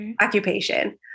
occupation